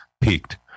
peaked